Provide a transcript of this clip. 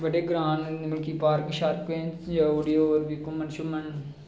बड़े ग्रांऽ न मतलब कि पार्कें शार्कें न जाई ओड़ी होर बी घुम्मन शुम्मन